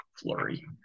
flurry